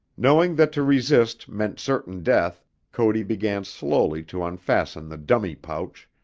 knowing that to resist meant certain death cody began slowly to unfasten the dummy pouch,